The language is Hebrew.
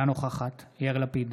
אינה נוכחת יאיר לפיד,